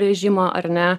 režimo ar ne